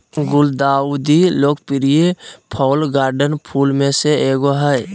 गुलदाउदी लोकप्रिय fall garden फूल में से एगो हइ